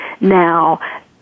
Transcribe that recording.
now